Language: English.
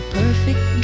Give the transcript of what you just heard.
perfect